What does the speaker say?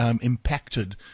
impacted